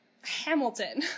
Hamilton